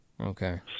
Okay